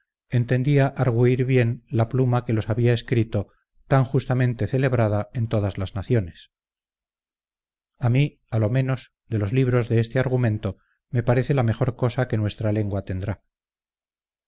entendía argüir bien la pluma que los había escrito tan justamente celebrada en todas las naciones a mí a lo menos de los libros de este argumento me parece la mejor cosa que nuestra lengua tendrá